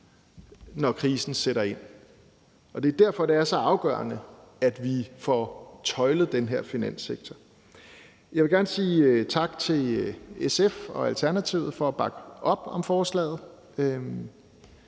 når krisen sætter ind. Og det er derfor, det er så afgørende, at vi får tøjlet den her finanssektor. Kl. 11:58 Jeg vil gerne sige tak til SF og Alternativet for at bakke op om forslaget.